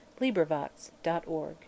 LibriVox.org